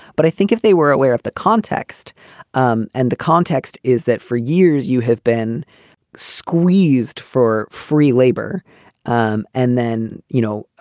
but i think if they were aware of the context um and the context is that for years you have been squeezed for free labor um and then, you know,